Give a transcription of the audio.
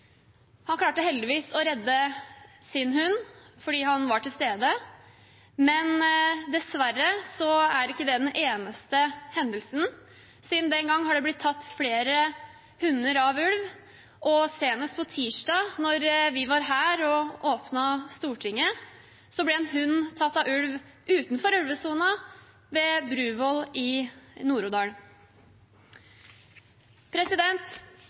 Han klarte heldigvis å redde sin hund fordi han var til stede, men dessverre er ikke det den eneste hendelsen. Siden den gangen har flere hunder blitt tatt av ulv, og senest på tirsdag da vi var her og åpnet Stortinget, ble en hund tatt av ulv utenfor ulvesonen ved Bruvoll i